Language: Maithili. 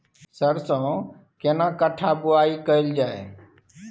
सरसो केना कट्ठा बुआई कैल जाय?